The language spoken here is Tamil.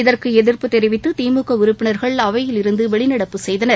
இதற்கு எதிர்ப்பு தெரிவித்து திமுக உறுப்பினர்கள் அவையிலிருந்து வெளிநடப்பு செய்தனர்